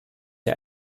der